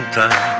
time